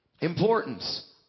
importance